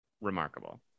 remarkable